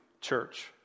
church